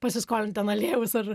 pasiskolint ten aliejaus ar